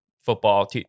football